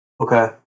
Okay